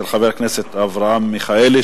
של חבר הכנסת אברהם מיכאלי,